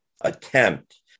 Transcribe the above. attempt